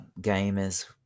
gamers